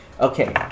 okay